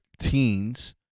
teens